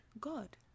God